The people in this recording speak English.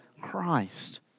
Christ